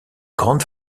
grande